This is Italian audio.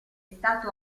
stato